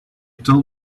told